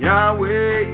Yahweh